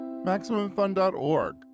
MaximumFun.org